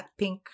Blackpink